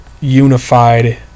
unified